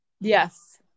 Yes